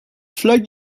flag